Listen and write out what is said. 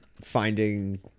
finding